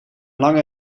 lange